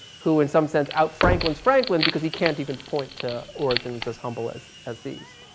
who in some sense out-franklins franklin because he can't even point to origins as humble as as these.